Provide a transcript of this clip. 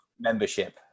membership